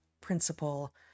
principle